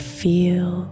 feel